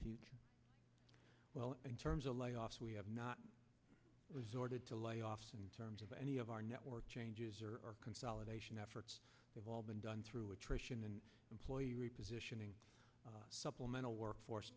future well in terms of layoffs we have not resorted to layoffs in terms of any of our network changes or consolidation efforts they've all been done through attrition and employee repositioning supplemental workforce